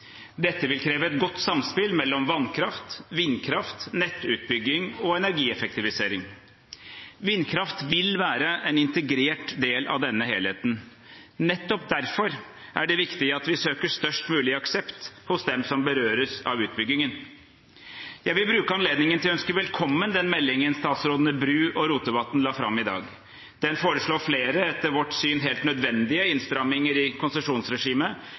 Dette vil kreve et godt samspill mellom vannkraft, vindkraft, nettutbygging og energieffektivisering. Vindkraft vil være en integrert del av denne helheten. Nettopp derfor er det viktig at vi søker størst mulig aksept hos dem som berøres av utbyggingen. Jeg vil bruke anledningen til å ønske velkommen den meldingen statsrådene Bru og Rotevatn la fram i dag. Den foreslår flere, etter vårt syn helt nødvendige, innstramminger i konsesjonsregimet,